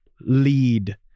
lead